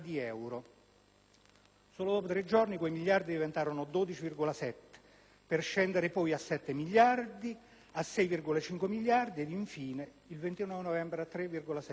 Dopo soli tre giorni quei miliardi diventarono 12,7, per scendere poi a 7, a 6,5 ed infine, il 29 novembre, a 3,7 miliardi.